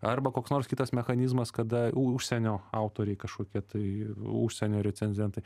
arba koks nors kitas mechanizmas kada užsienio autoriai kažkokie tai užsienio recenzentai